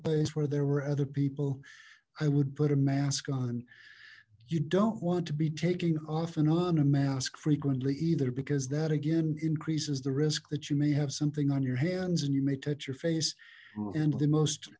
place where there were other people i would put a mask on you don't want to be taking off and on a mask frequently either because that again increases the risk that you may have something on your hands and you may touch your face and the most